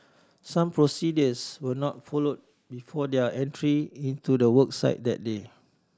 some procedures were not follow before their entry into the work site that day